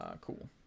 Cool